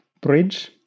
bridge